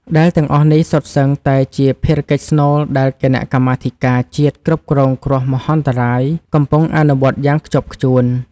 ដែលទាំងអស់នេះសុទ្ធសឹងតែជាភារកិច្ចស្នូលដែលគណៈកម្មាធិការជាតិគ្រប់គ្រងគ្រោះមហន្តរាយកំពុងអនុវត្តយ៉ាងខ្ជាប់ខ្ជួន។